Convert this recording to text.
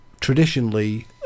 traditionally